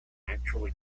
actually